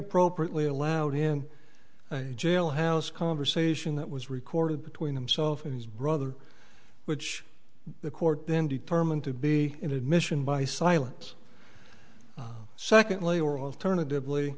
appropriately allowed in a jailhouse conversation that was recorded between himself and his brother which the court then determined to be an admission by silence secondly or alternatively